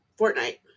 Fortnite